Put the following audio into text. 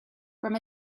from